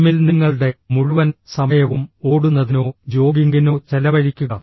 ജിമ്മിൽ നിങ്ങളുടെ മുഴുവൻ സമയവും ഓടുന്നതിനോ ജോഗിംഗിനോ ചെലവഴിക്കുക